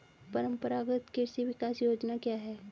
परंपरागत कृषि विकास योजना क्या है?